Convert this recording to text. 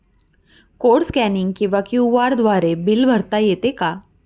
Code scanning किंवा QR द्वारे bill भरता येते का?